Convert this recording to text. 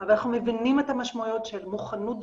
אבל אנחנו מבינים את המשמעויות של מוכנות דיגיטלית,